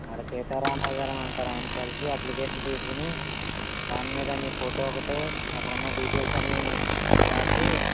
అక్కడ సీతారామయ్యగారని ఉంటారు ఆయన్ని కలిసి అప్లికేషన్ తీసుకుని దానిమీద నీ ఫోటో ఒకటి అక్కడ ఉన్న డీటైల్స్ అన్నీ రాసి